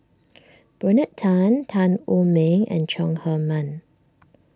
Bernard Tan Tan Wu Meng and Chong Heman